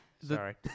Sorry